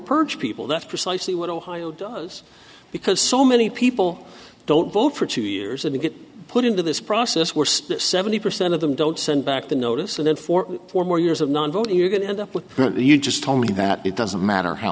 purge people that's precisely what ohio does because so many people don't vote for two years and they get put into this process where seventy percent of them don't send back the notice and then for four more years of non voting you're going to end up like you just tell me that it doesn't matter how